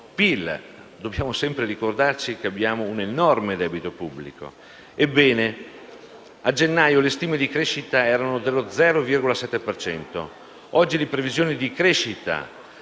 PIL. Dobbiamo sempre ricordare, infatti, che abbiamo un enorme debito pubblico. Ebbene, a gennaio le stime di crescita erano dello 0,7 per cento. Oggi le previsioni di crescita